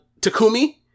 Takumi